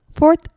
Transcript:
Fourth